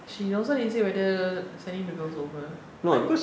she also didn't say whether sending the girls over but